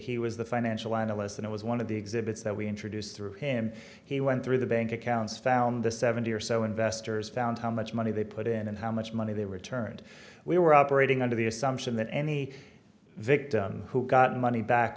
he was the financial analyst it was one of the exhibits that we introduced through him he went through the bank accounts found the seventy or so investors found how much money they put in and how much money they returned we were operating under the assumption that any victim who got money back